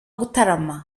gutarama